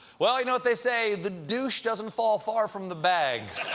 well, you know what they say the douche doesn't fall far from the bag.